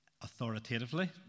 authoritatively